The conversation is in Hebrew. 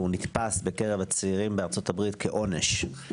הוא נתפס בקרב הצעירים בארצות הברית כעונש,